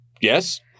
yes